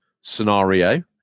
scenario